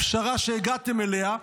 הפשרה שהגעתם אליה,